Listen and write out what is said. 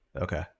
Okay